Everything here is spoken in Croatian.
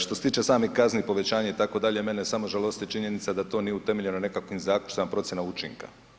Što se tiče samih kazni, povećanje itd., mene samo žalosti činjenica da to nije utemeljeno nekakvim zaključcima procjena učinka.